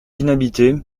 inhabitée